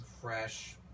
fresh